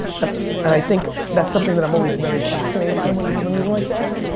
um and i think that's something that i'm always very fascinated by when i have a meeting like this.